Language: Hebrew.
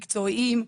מקצועיים,